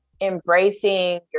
embracing